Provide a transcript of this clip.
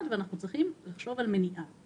אנחנו צריכים להגן על הקורבנות ואנחנו צריכים